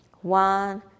one